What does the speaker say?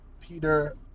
Peter